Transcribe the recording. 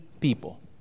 people